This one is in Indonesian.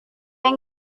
yang